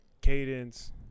cadence